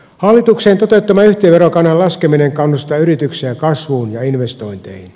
hallituksen toteuttama yhtiöverokannan laskeminen kannustaa yrityksiä kasvuun ja investointeihin